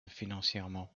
financièrement